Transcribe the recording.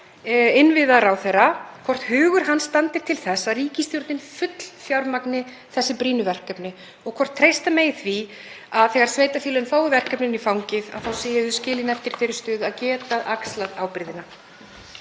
innviðaráðherra hvort hugur hans standi til þess að ríkisstjórnin fullfjármagni þessi brýnu verkefni og hvort treysta megi því að þegar sveitarfélögin fái verkefninu í fangið þá séu þau skilin eftir í þeirri stöðu að geta axlað ábyrgðina.